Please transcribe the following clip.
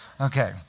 Okay